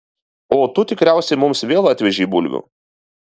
o tu tikriausiai mums vėl atvežei bulvių